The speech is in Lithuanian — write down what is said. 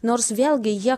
nors vėlgi jie